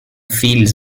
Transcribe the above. fields